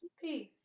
Peace